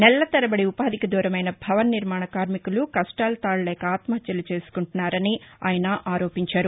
నెలల తరబడి ఉపాధికి దూరమైన భవన నిర్మాణ కార్మికులు కష్యాలు తాళలేక ఆత్మహత్యలు చేసుకుంటున్నారని ఆయన ఆరోపించారు